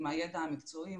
עם הידע המקצועי,